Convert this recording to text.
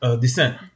descent